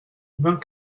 vingt